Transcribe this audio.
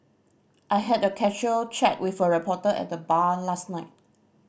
I had a casual chat with a reporter at the bar last night